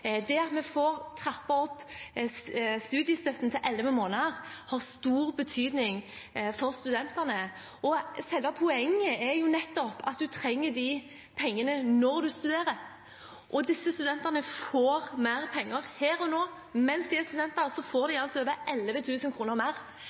vi får trappet opp studiestøtten til elleve måneder, har stor betydning for studentene. Selve poenget er jo nettopp at man trenger pengene når man studerer, og disse studentene får mer penger her og nå. Mens de er studenter, får de